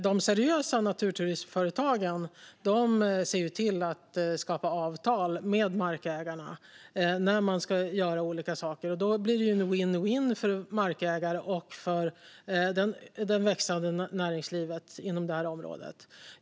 De seriösa naturturismföretagen ser till att sluta avtal med markägarna när de ska göra olika saker. Då blir det vinn-vinn för markägarna och det växande näringslivet på det här området.